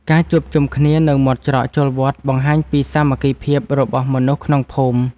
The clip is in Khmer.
ការជួបជុំគ្នានៅមាត់ច្រកចូលវត្ត បង្ហាញពីសាមគ្គីភាពរបស់មនុស្សក្នុងភូមិ។